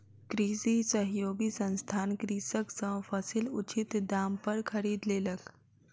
कृषि सहयोगी संस्थान कृषक सॅ फसील उचित दाम पर खरीद लेलक